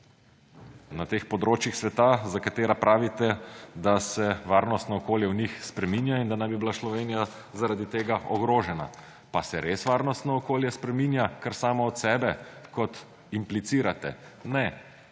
na teh območjih sveta, za katera pravite, da se varnostno okolje v njih spreminja in da naj bi bila Slovenija zaradi tega ogrožena. Pa se res varnostno okolje spreminja kar samo od sebe, kot implicirate? Ne.